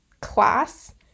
class